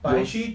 有